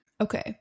Okay